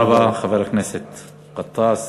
תודה רבה לחבר הכנסת גטאס.